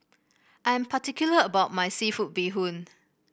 I am particular about my seafood Bee Hoon